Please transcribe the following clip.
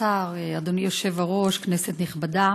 כבוד השר, אדוני היושב-ראש, כנסת נכבדה,